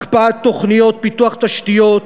הקפאת תוכניות פיתוח תשתיות,